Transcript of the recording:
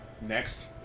Next